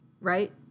right